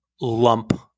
lump